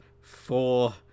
four